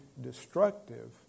destructive